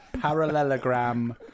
parallelogram